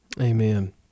Amen